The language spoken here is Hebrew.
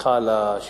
סליחה על ההשוואה,